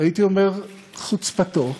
הייתי אומר, חוצפתו,